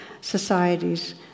societies